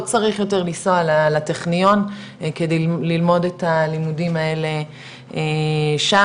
צריך יותר לנסוע לטכניון כדי ללמוד את הלימודים האלה שם